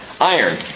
iron